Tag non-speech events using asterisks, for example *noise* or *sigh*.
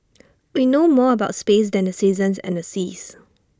*noise* we know more about space than the seasons and the seas